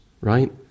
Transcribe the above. Right